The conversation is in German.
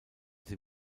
sie